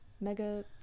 mega